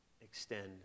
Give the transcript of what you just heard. extend